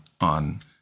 on